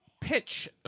pitch